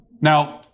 now